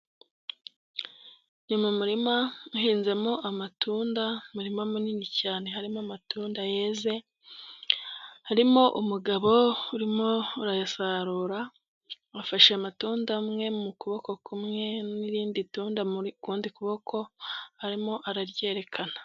Ni murima uhinzemo amatunda umurima munini cyane harimo amatunda yeze, harimo umugabo urimo urayasarura, afashe amatunda amwe mu kuboko kumwe n'irindi tunda mu kundi kuboko arimo araryerekana.